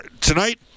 Tonight